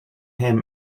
him